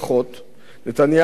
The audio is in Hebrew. נתניהו יודע להבטיח,